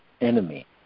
enemy